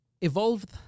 evolved